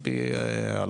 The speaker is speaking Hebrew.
על פי ההלכה.